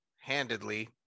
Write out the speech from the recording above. handedly